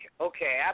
okay